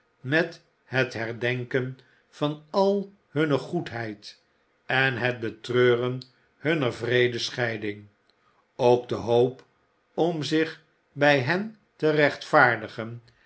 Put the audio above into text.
met het herdenken van al hunne goedheid en het betreuren hunner wreede scheiding ook de hoop om zich bij hen te rechtvaardigen